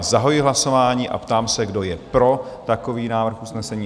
Zahajuji hlasování a ptám se, kdo je pro takový návrh usnesení?